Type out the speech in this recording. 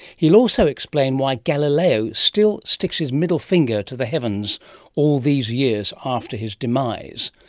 he will also explain why galileo still sticks his middle finger to the heavens all these years after his demise.